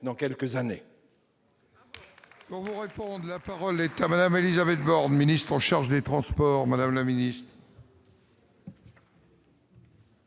dans quelques années.